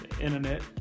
internet